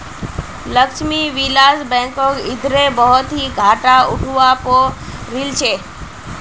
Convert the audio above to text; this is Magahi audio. लक्ष्मी विलास बैंकक इधरे बहुत ही घाटा उठवा पो रील छे